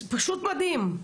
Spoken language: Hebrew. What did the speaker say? זה פשוט מדהים.